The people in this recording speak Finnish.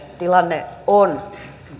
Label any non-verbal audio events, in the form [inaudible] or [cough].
[unintelligible] tilanne on